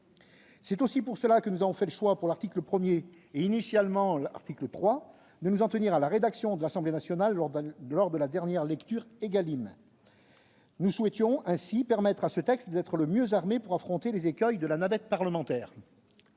C'est aussi pour cela que nous avons fait le choix, à l'article 1 et, initialement, à l'article 3, de nous en tenir à la rédaction de l'Assemblée nationale lors de la dernière lecture de la loi Égalim. Nous souhaitions ainsi permettre à ce texte d'être le mieux armé pour affronter les écueils de la navette parlementaire.